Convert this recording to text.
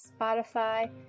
spotify